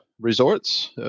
resorts